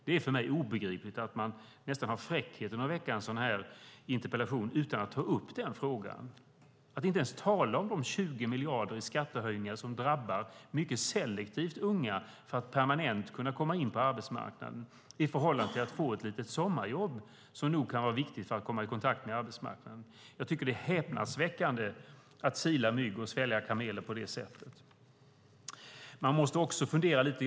Det är för mig obegripligt att man nästan har fräckheten att ställa en sådan här interpellation utan att ta upp den frågan. Man talar inte ens om de 20 miljarder i skattehöjningar som mycket selektivt drabbar unga när det gäller möjligheten att permanent komma in på arbetsmarknaden i stället för att få ett litet sommarjobb, som nog kan vara viktigt för att komma i kontakt med arbetsmarknaden. Det är häpnadsväckande att sila mygg och svälja kameler på detta sätt.